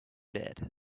did